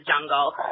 jungle